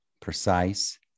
precise